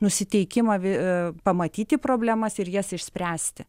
nusiteikimą pamatyti problemas ir jas išspręsti